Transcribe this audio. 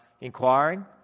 inquiring